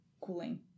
cooling